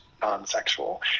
non-sexual